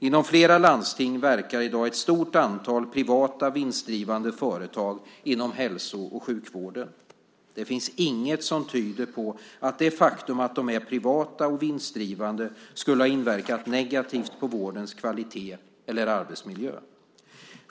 Inom flera landsting verkar i dag ett stort antal privata vinstdrivande företag inom hälso och sjukvården. Det finns inget som tyder på att det faktum att de är privata och vinstdrivande skulle ha inverkat negativt på vårdens kvalitet eller arbetsmiljö.